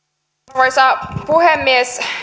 arvoisa puhemies